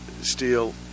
steel